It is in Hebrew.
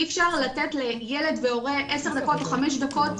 אי אפשר לתת לילד והורה 10 דקות או 5 דקות,